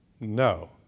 no